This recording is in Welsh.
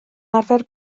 arfer